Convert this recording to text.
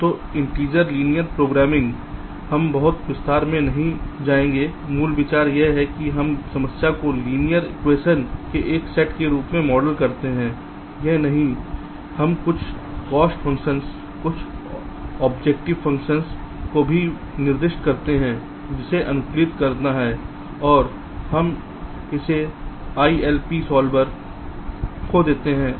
तो integer linear programming programming हम बहुत विस्तार में नहीं जाएंगे मूल विचार यह है कि हम समस्या को लिनियर इक्वेशन के एक सेट के रूप में मॉडल करते हैं यही नहीं हम कुछ कॉस्ट फ़ंक्शन कुछ ऑब्जेक्टिव फ़ंक्शन को भी निर्दिष्ट करते हैं जिसे अनुकूलित करना है और हम इसे ILP सॉल्वर को देते हैं